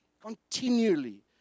continually